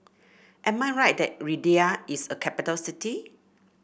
am I right that Riyadh is a capital city